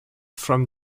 from